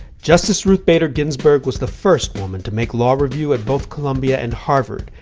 justice ruth bader ginsburg was the first woman to make law review at both columbia and harvard.